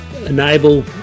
enable